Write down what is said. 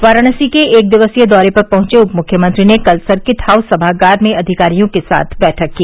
वाराणसी के एक दिवसीय दौरे पर पहुंचे उपमुख्यमंत्री ने कल सर्किट हाउस सभागार में अधिकारियों के साथ बैठक की